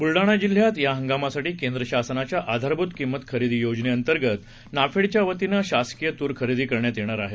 बुलढाणा जिल्ह्यात या हंगामासाठी केंद्र शासनाच्या आधारभूत किंमत खरेदी योजनेतंर्गत नाफेडच्या वतीने शासकीय तूर खरेदी करण्यात येणार आहे